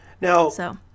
Now-